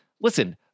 Listen